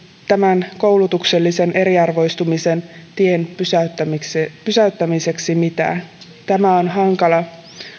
tämän koulutuksellisen eriarvoistumisen tien pysäyttämiseksi pysäyttämiseksi mitään tämä on hankala